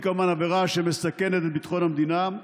היא כמובן עבירה שמסכנת את ביטחון המדינה.